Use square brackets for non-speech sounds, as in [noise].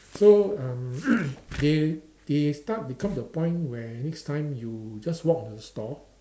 so um [noise] they they start become the point where next time you just walk into the store